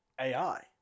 AI